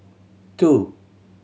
two